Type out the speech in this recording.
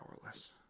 powerless